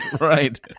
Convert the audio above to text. Right